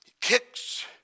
kicks